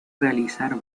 realizar